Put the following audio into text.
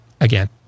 again